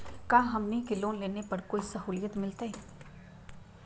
का हमनी के लोन लेने पर कोई साहुलियत मिलतइ?